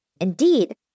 Indeed